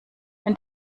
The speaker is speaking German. wenn